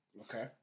Okay